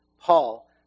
Paul